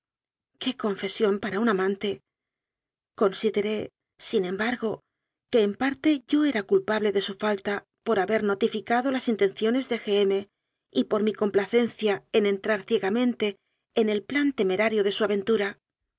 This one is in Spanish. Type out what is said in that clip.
qué confesión para un amante consideré sin embargo que en parte yo era culpable de su falta por haberle no ticiado las intenciones de g m y por mi complacencia en entrar ciegamente en el plan te merario de su aventura